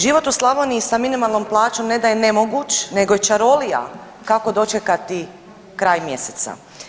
Život u Slavoniji sa minimalnom plaćom ne da je nemoguć nego je čarolija kako dočekati kraj mjeseca.